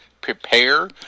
prepare